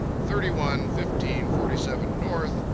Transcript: thirty one fifteen forty seven north,